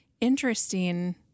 interesting